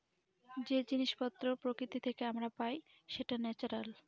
যে জিনিস পত্র প্রকৃতি থেকে আমরা পাই সেটা ন্যাচারাল